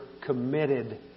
committed